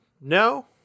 no